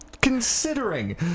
considering